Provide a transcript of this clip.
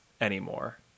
anymore